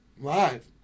live